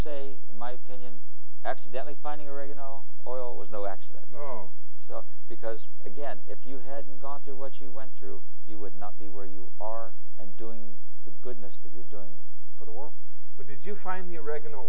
say in my opinion accidentally finding oregano oil was no accident because again if you hadn't gone through what you went through you would not be where you are and doing the goodness that you're doing for the work we did you find the oregano